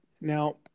Now